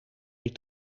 die